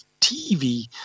tv